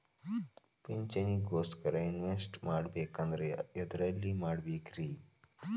ಪಿಂಚಣಿ ಗೋಸ್ಕರ ಇನ್ವೆಸ್ಟ್ ಮಾಡಬೇಕಂದ್ರ ಎದರಲ್ಲಿ ಮಾಡ್ಬೇಕ್ರಿ?